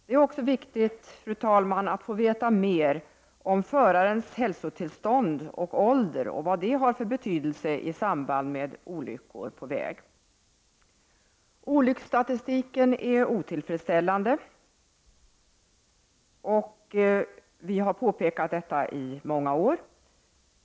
Det är också viktigt att få veta mer om vad förarens hälsotillstånd och ålder har för betydelse i samband med olyckor på väg. Olycksstatistiken är otillfredsställande, vilket vi i flera år har påpekat.